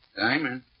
Diamond